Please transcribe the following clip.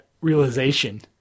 realization